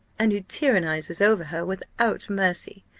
and who tyrannizes over her without mercy.